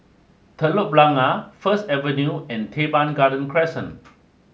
Telok Blangah First Avenue and Teban Garden Crescent